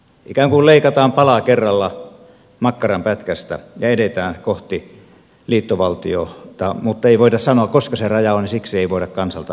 ikään kuin leikataan pala kerralla makkaranpätkästä ja edetään kohti liittovaltiota mutta ei voida sanoa koska se raja on ja siksi ei voida kansalta kysyä